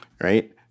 right